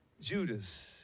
Judas